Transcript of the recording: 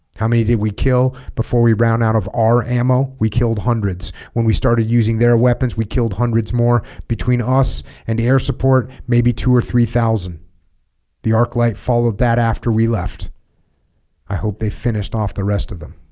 how many did we kill before we round out of our ammo we killed hundreds when we started using their weapons we killed hundreds more between us and air support maybe two or three thousand the arc light followed that after we left i hope they finished off the rest of them